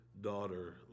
daughter